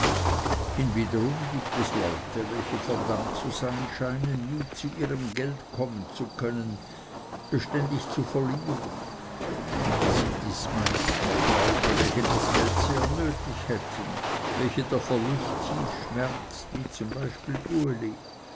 hinwiederum gibt es leute welche verdammt zu sein scheinen nie zu ihrem gelde kommen zu können beständig verlieren es sind dieses zumeist noch leute welche das geld sehr nötig hätten welche der verlust tief schmerzt wie zum beispiel uli